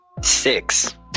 Six